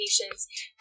patients